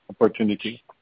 opportunity